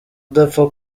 udapfa